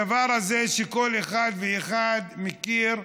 הדבר הזה, שכל אחד ואחד מכיר,